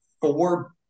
four